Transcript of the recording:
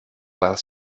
while